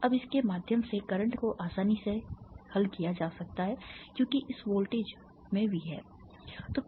अब इसके माध्यम से करंट को आसानी से हल किया जा सकता है क्योंकि इस वोल्टेज V है